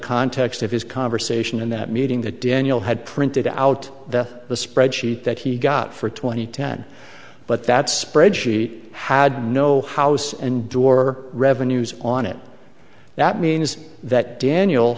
context of his conversation in that meeting that daniel had printed out the the spreadsheet that he got for two thousand and ten but that spreadsheet had no house and door revenues on it that means that daniel